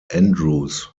andrews